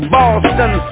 Boston